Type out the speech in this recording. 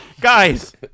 Guys